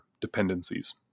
dependencies